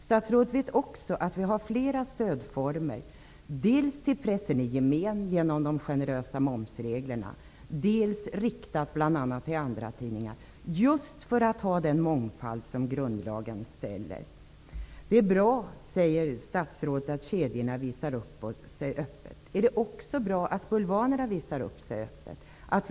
Statsrådet vet också att vi har flera stödformer, dels stöd till pressen i allmänhet genom de generösa momsreglerna, dels stöd riktat bl.a. till andratidningar för att vi skall kunna ha den mångfald som grundlagen föreskriver. Statsrådet säger att det är bra att kedjorna visar upp sig öppet. Är det också bra att bulvanerna visar upp sig öppet?